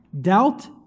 doubt